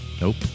Nope